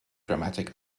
dramatic